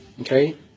Okay